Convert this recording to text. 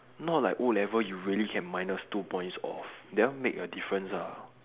not like O-level you really can minus two points off that one make a difference ah